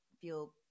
feel